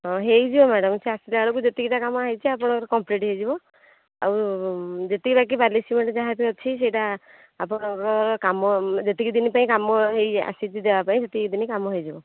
ହଁ ହୋଇଯିବ ମ୍ୟାଡ଼ମ୍ ସେ ଆସିଲା ବେଳକୁ ଯେତିକିଟା କାମ ହୋଇଛି ଆପଣଙ୍କର କମ୍ପ୍ଲିଟ୍ ହୋଇଯିବ ଆଉ ଯେତିକି ବାକି ବାଲି ସିମେଣ୍ଟ୍ ଯାହା ବି ଅଛି ସେଇଟା ଆପଣଙ୍କ କାମ ଯେତିକି ଦିନ ପାଇଁ କାମ ହୋଇଆସିଛି ଦେବା ପାଇଁ ସେତିକି ଦିନ କାମ ହୋଇଯିବ